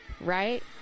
right